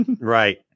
right